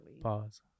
Pause